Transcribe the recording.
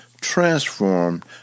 transformed